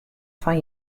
fan